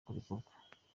kurekurwa